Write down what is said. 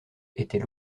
était